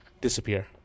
disappear